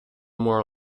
more